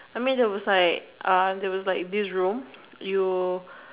I mean there was like uh there was like this room you